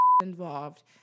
involved